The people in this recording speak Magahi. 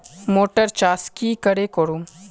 मोटर चास की करे करूम?